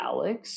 Alex